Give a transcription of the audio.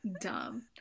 dumb